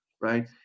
right